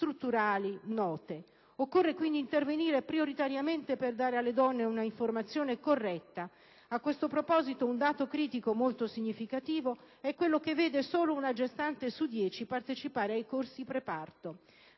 strutturali note. Occorre quindi intervenire prioritariamente per dare alle donne un'informazione corretta. A questo proposito, un dato critico molto significativo è quello che vede solo una gestante su dieci partecipare ai corsi preparto.